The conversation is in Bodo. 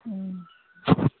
ओम